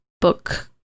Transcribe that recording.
book